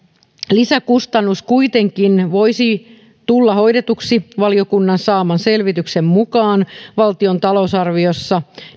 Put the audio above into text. lisäkustannus kuitenkin voisi tulla hoidetuksi valiokunnan saaman selvityksen mukaan valtion talousarviossa